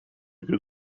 good